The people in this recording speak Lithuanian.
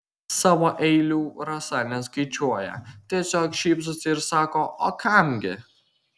savo eilių rasa neskaičiuoja tiesiog šypsosi ir sako o kam gi